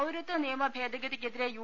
പൌരത്വ നിയമ ഭേദഗതിക്കെതിരെ യു